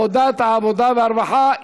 ועדת העבודה והרווחה.